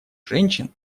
женщин